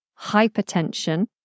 hypertension